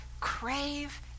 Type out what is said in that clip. crave